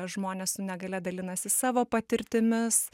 žmonės su negalia dalinasi savo patirtimis